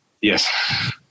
Yes